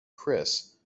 chris